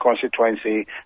constituency